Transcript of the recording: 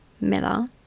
Miller